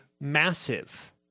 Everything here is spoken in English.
massive